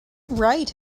wright